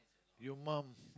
your mum